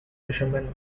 fishermen